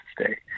stay